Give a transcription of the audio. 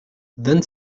vingt